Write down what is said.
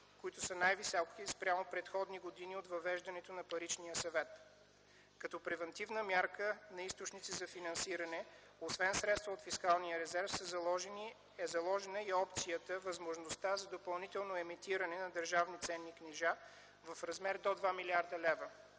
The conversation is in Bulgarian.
които са най-високи спрямо предходни години от въвеждането на Паричния съвет. Като превантивна мярка на източници за финансиране освен средства от фискалния резерв е заложена и опцията, възможността за допълнително емитиране на държавни ценни книжа в размер до 2 млрд. лв.